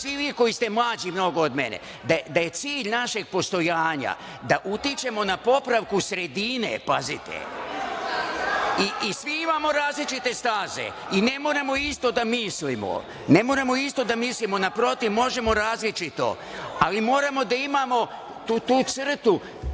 svi vi koji ste mlađi mnogo od mene da je cilj našeg postojanja da utičemo na popravku sredine i svi imamo različite staze i ne moramo isto da mislimo. Naprotiv, možemo različito, ali moramo da imamo tu crtu,